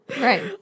Right